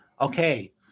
okay